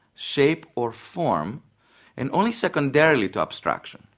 shape or form and only secondarily to abstraction.